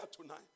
tonight